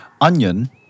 Onion